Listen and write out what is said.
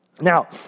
Now